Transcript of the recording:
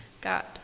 God